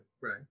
right